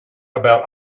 about